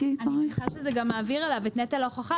אני מניחה שזה גם מעביר עליו את נטל ההוכחה,